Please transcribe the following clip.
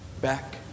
back